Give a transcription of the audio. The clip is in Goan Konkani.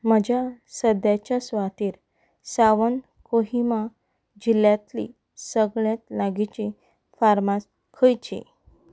म्हज्या सद्याच्या सुवातेर सावन कोहिमा जिल्ल्यांतली सगळ्यांत लागींची फार्मास खंयची